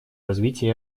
развитие